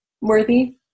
worthy